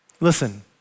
Listen